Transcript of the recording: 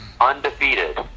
undefeated